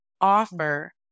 offer